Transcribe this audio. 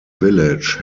village